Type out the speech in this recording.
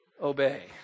obey